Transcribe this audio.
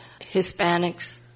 Hispanics